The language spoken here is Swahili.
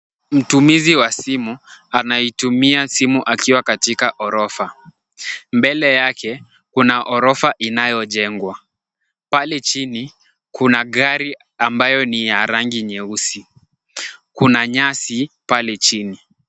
Mtumizi wa simu, anaitumia simu akiwa katika ghorofa. Mbele yake, kuna ghorofa inayojengwa, pale chini kuna gari ambayo ni ya rangi nyeusi, kuna nyasi pale chini.